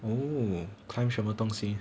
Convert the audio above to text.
oh climb 什么东西